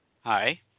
Hi